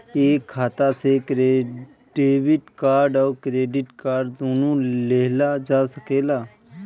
एक खाता से डेबिट कार्ड और क्रेडिट कार्ड दुनु लेहल जा सकेला?